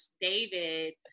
David